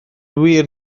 wir